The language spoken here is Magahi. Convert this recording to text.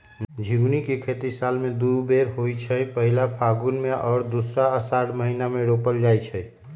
झिगुनी के खेती साल में दू बेर होइ छइ पहिल फगुन में आऽ दोसर असाढ़ महिना मे रोपल जाइ छइ